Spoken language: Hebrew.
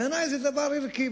בעיני זה דבר ערכי.